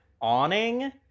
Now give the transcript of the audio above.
awning